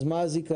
אז מה הזיכיון?